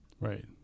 Right